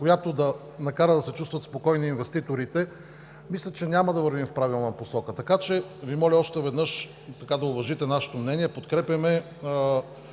която да накара да се чувстват спокойни инвеститорите, мисля, че няма да вървим в правилна посока. Така че Ви моля още веднъж да уважите нашето мнение. Подкрепяме